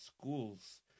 schools